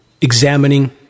examining